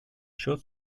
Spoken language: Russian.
счет